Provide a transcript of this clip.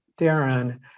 Darren